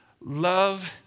love